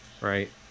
Right